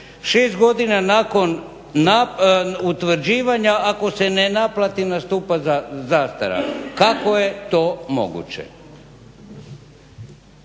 6 godina nakon utvrđivanja ako se ne naplati nastupa zastara. Kako je to moguće'